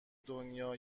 دنیا